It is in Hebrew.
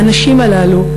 האנשים הללו,